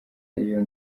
iyo